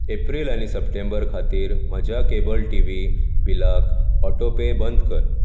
एप्रिल आनी सप्टेंबर खातीर म्हज्या केबल टी व्ही बिलाक ऑटो पे बंद कर